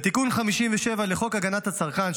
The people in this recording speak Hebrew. בתיקון מס' 57 לחוק הגנת הצרכן,